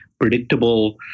predictable